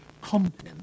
content